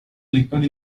lector